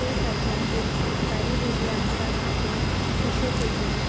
ते सारकें एक संस्कारी भुरगें आसता सादें तशें तेजें